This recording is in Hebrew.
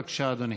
בבקשה, אדוני.